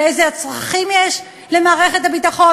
ואיזה צרכים יש למערכת הביטחון,